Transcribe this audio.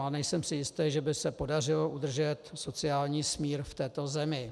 A nejsem si jist, že by se podařilo udržet sociální smír v této zemi.